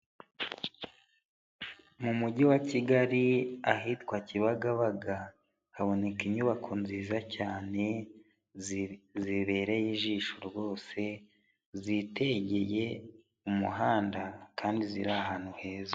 Mu mujyi wa Kigali ahitwa Kibagabaga, haboneka inyubako nziza cyane zibereye ijisho rwose, zitegeye umuhanda kandi ziri ahantu heza.